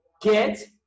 get